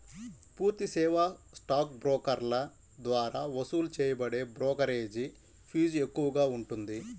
పూర్తి సేవా స్టాక్ బ్రోకర్ల ద్వారా వసూలు చేయబడే బ్రోకరేజీ ఫీజు ఎక్కువగా ఉంటుంది